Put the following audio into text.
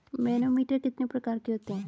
Manometer कितने प्रकार के होते हैं?